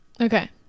okay